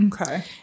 Okay